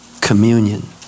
Communion